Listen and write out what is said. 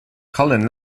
colin